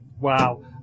wow